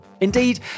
Indeed